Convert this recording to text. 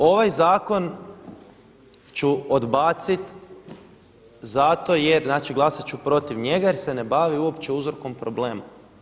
Dakle, ovaj zakon ću odbaciti zato jer znači glasat ću protiv njega jer se ne bavi uopće uzrokom problema.